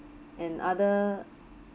and other